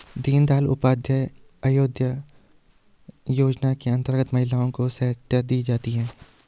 दीनदयाल उपाध्याय अंतोदय योजना के अंतर्गत महिलाओं को सहायता दी जाती है